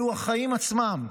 אלו החיים עצמם.